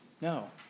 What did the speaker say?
No